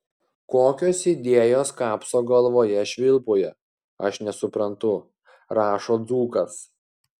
kokios idėjos kapso galvoje švilpauja aš nesuprantu rašo dzūkas